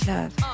Love